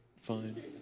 fine